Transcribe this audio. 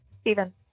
Steven